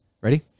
Ready